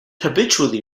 habitually